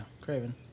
Craven